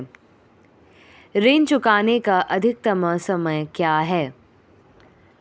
ऋण चुकाने का अधिकतम समय क्या है?